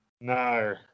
No